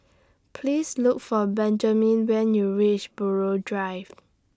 Please Look For Benjamin when YOU REACH Buroh Drive